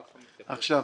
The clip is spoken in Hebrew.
עכשיו,